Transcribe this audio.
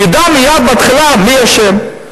שהוא ידע מייד בהתחלה מי אשם.